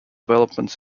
developments